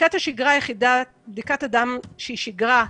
בדיקת הדם שהיא שגרה,